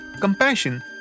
compassion